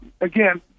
again